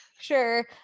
sure